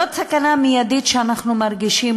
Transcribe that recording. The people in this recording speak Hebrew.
זאת סכנה מיידית שאנו מרגישים.